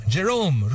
Jerome